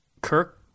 Kirk